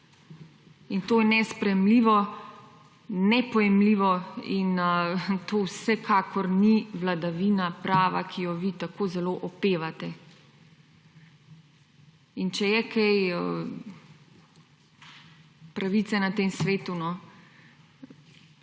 in to je nesprejemljivo, nepojmljivo in to vsekakor ni vladavina prava, ki jo vi tako zelo opevate. In če je kaj pravice na tem svetu, no, bomo